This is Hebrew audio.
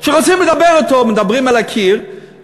כשרוצים לדבר אתו מדברים אל הקיר,